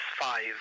five